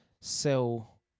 sell